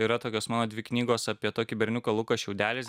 yra tokios mano dvi knygos apie tokį berniuką luką šiaudeliais